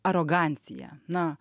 arogancija na